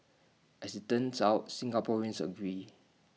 as IT turns out Singaporeans agree